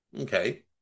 Okay